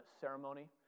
ceremony